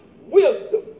wisdom